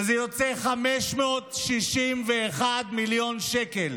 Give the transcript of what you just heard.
וזה יוצא 561 מיליון שקל.